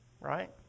right